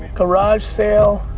garage sale